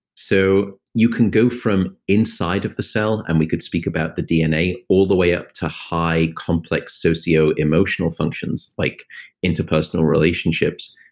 so you can go from inside of the cell, and we could speak about the dna, all the way up to high complex socio-emotional functions like interpersonal relationships.